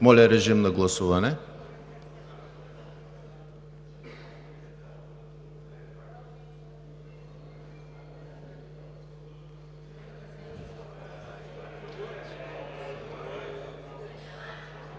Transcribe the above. Моля, режим на гласуване.